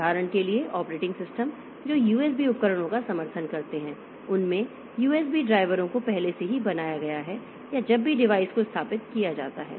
उदाहरण के लिए ऑपरेटिंग सिस्टम जो USB उपकरणों का समर्थन करते हैं उनमे USB ड्राइवरों को पहले से ही बनाया गया है या जब भी डिवाइस को स्थापित किया जाता है